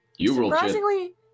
Surprisingly